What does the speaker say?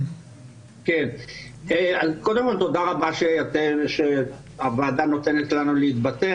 תודה רבה שהוועדה נותנת לנו להתבטא.